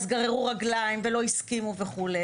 אז גררו רגליים ולא הסכימו וכו'.